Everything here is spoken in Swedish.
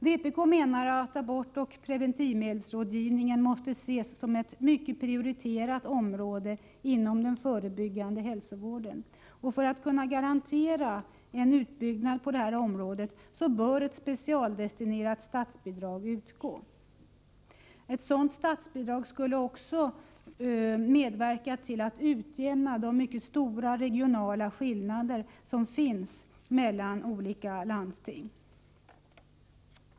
Vpk menar att abortoch preventivmedelsrådgivningen måste ses som ett mycket prioriterat område inom den förebyggande hälsovården. För att kunna garantera en utbyggnad på detta område bör ett specialdestinerat statsbidrag utgå. Ett sådant statsbidrag skulle också medverka till att utjämna de stora regionala skillnader som finns mellan olika landsting.